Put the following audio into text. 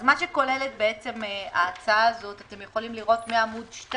מה שכוללת ההצעה הזאת אתם יכולים לראות מעמוד 2